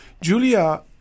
Julia